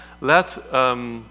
let